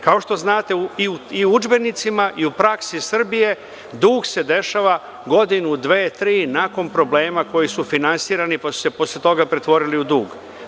Kao što znate i u udžbenicima i u praksi Srbije, dug se dešava godinu, dve, tri nakon problema koji su finansirani, pa su se posle toga pretvorili u dug.